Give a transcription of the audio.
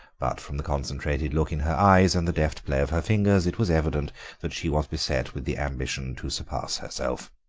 but from the concentrated look in her eyes and the deft play of her fingers it was evident that she was beset with the ambition to surpass herself.